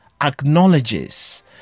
acknowledges